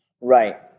Right